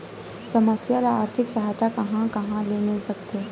समस्या ल आर्थिक सहायता कहां कहा ले मिल सकथे?